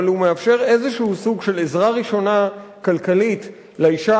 אבל הוא מאפשר איזשהו סוג של עזרה ראשונה כלכלית לאשה